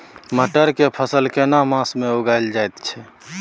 मटर के फसल केना मास में उगायल जायत छै?